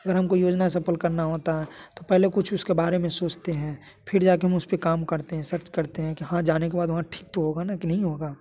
अगर हमको योजना सफल करना होता है तो पहले कुछ उसके बारे में सोचते हैं फिर जाके हम उस पे काम करते हैं सर्च करते हैं कि हाँ जाने के बाद वहाँ ठीक तो होगा ना कि नहीं होगा